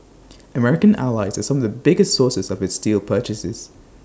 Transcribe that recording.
American allies are some of the biggest sources of its steel purchases